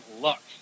luck